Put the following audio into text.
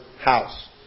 house